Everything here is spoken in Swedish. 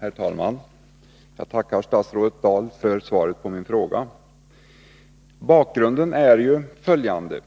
Herr talman! Jag tackar statsrådet Dahl för svaret på min fråga. Bakgrunden är följande.